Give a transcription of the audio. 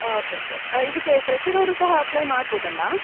okay sir ಇದಕ್ಕೆ fresher ಅವರೂ ಸಹ ಅಪ್ಲೈ ಮಾಡ್ಬೋದಲ್ಲಾ